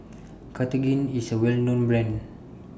Cartigain IS A Well known Brand